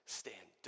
stand